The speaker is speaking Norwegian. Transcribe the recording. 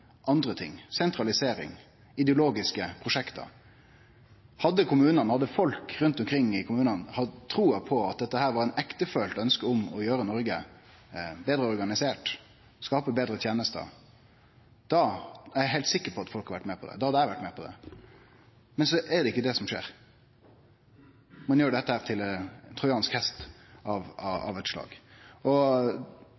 andre ting – sentralisering, ideologiske prosjekt. Hadde kommunane og folk rundt omkring i kommunane hatt trua på at dette var eit ektefølt ønske om å organisere Noreg betre, skape betre tenester, er eg heilt sikker på at folk hadde blitt med på det. Da hadde eg blitt med på det. Men det er ikkje det som skjer. Ein gjer dette til ein trojansk hest av eit slag. Det er veldig synd, for da har vi gått glipp av